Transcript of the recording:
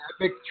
epic